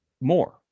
more